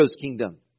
kingdom